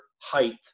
height